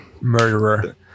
Murderer